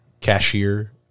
cashier